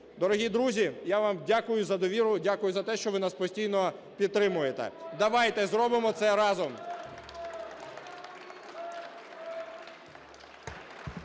Дорогі друзі, я вам дякую за довіру, дякую за те, що ви нас постійно підтримуєте. Давайте зробимо це разом!